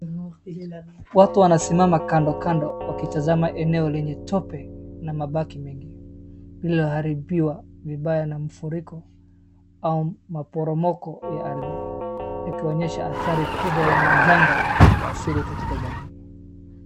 Watu wanasimama kandokandoo wakitazama eneo lenye matope na mabaki mengi lilioharibiwa vibaya na mafuriko au maporomoko ya ardhi. yakionyesha adhari kubwa ya majanga asili katika jamii.